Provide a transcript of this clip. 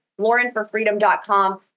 Laurenforfreedom.com